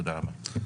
תודה רבה.